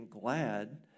glad